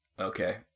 Okay